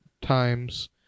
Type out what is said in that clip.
times